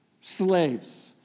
slaves